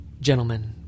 Gentlemen